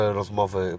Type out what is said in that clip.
rozmowy